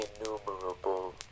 innumerable